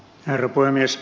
herra puhemies